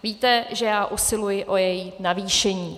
Víte, že já usiluji o její navýšení.